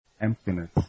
emptiness